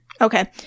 Okay